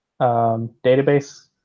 database